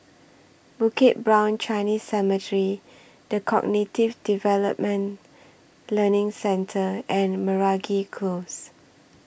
Bukit Brown Chinese Cemetery The Cognitive Development Learning Centre and Meragi Close